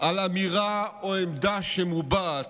על אמירה או עמדה שמובעת,